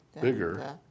bigger